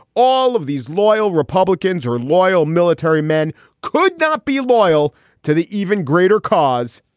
all of these loyal republicans or loyal military men could not be loyal to the even greater cause.